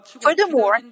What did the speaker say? Furthermore